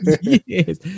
Yes